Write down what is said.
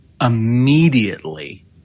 immediately